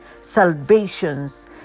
salvations